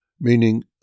Meaning